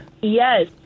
Yes